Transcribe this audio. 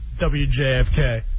WJFK